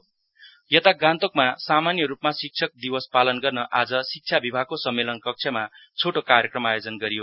teacher day एड यता गान्तोकमा सामान्य रूपमा शिक्षक दिवस पालन गर्न आज शिक्षा विभागको सम्मेलन कक्षमा छोटो कार्यक्रम आयोजना गरियो